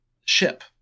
ship